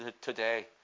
today